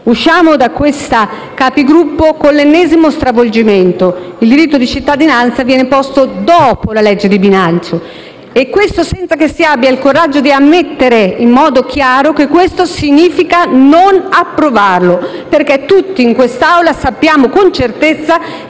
Conferenza dei Capigruppo con l'ennesimo stravolgimento: le norme in materia di cittadinanza vengono poste dopo il disegno di legge di bilancio e questo senza che si abbia il coraggio di ammettere in modo chiaro che questo significa non approvarlo, perché tutti in quest'Aula sappiamo con certezza